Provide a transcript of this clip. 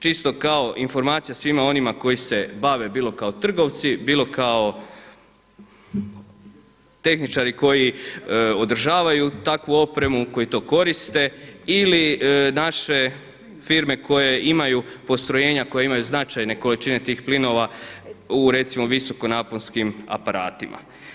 Čisto kao informacija svima onima koji se bave bilo kao trgovci, bilo kao tehničari koji održavaju takvu opremu, koji to koriste ili naše firme koje imaju postrojenja, koje imaju značajne količine tih plinova u recimo visokonaponskim aparatima.